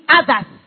others